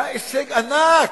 היה הישג ענק,